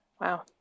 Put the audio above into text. wow